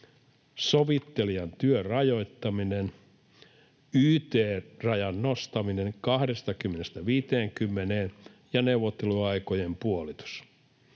sovittelijan työn rajoittaminen, yt-rajan nostaminen 20:stä 50:een ja neuvotteluaikojen puolitus,